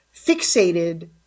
fixated